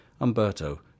Umberto